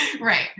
Right